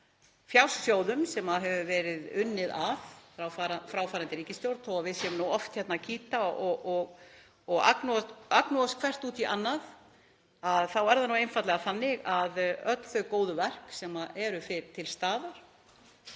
fjársjóðum sem hefur verið unnið að af fráfarandi ríkisstjórn. Þó að við séum nú oft að kýta og agnúast hvert út í annað þá er það einfaldlega þannig að öll þau góðu verk sem eru til staðar